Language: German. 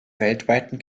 weltweiten